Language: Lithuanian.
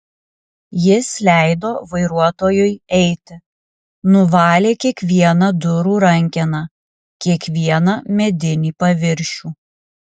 jis leido vairuotojui eiti nuvalė kiekvieną durų rankeną kiekvieną medinį paviršių